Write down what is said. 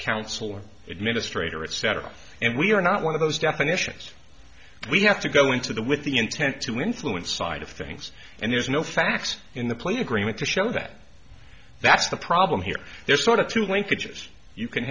counsel or administrator etc and we are not one of those definitions we have to go into the with the intent to influence side of things and there's no facts in the play agreement to show that that's the problem here there's sort of